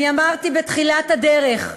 אני אמרתי בתחילת הדרך,